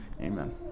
amen